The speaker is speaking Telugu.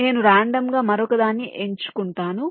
నేను రాండమ్ గా మరొకదాన్ని ఎంచుకోండి